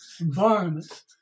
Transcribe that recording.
environment